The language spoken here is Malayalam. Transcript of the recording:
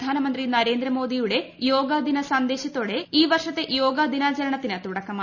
പ്രധാനമന്ത്രി നരേന്ദ്ര മോദി യുടെ യോഗദിന സന്ദേശത്തോടെ ഈ വർഷത്തെ യോഗദിനാ ചരണത്തിന് തുടക്കമായി